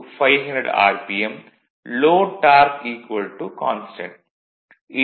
load torque constant